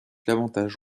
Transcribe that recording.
l’avantage